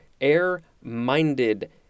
air-minded